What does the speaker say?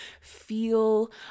feel